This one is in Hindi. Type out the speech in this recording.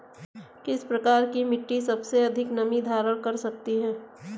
किस प्रकार की मिट्टी सबसे अधिक नमी धारण कर सकती है?